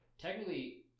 technically